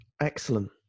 Excellent